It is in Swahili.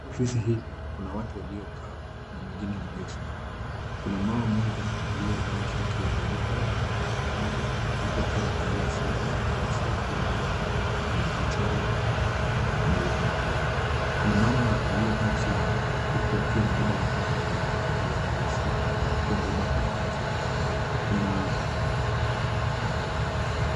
Ofisi hili kuna watu waliokaa na wengine waliosimama. Kuna mama mmoja aliyevaa shati ya nyeupe na nyekundu huku akiwa amevalia sweta nyeusi lenye mchoro mweupe. Kuna mama aliyekaa chini huku akiwa amebeba mtoto aliyevaa nguo nyeusi akiwa amebeba karatasi.